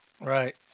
Right